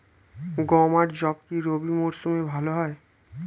গম আর যব কি রবি মরশুমে ভালো হয়?